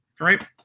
right